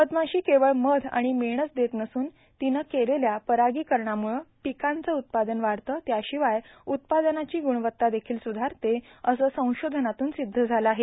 मधमाशी केवळ मध आणि मेणच देत नसून तिनं केलेल्या परागीकरणामुळं पिकांचं उत्पादन वाढतं त्याशिवाय उत्पादनाची गुणवत्ता देखिल सुधारते असं संशोधनातून सिद्ध झालं आहे